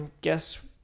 guess